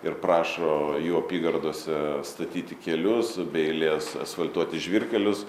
ir prašo jų apygardose statyti kelius be eilės asfaltuoti žvyrkelius